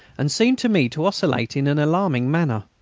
and seemed to me to oscillate in an alarming manner.